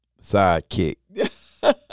Sidekick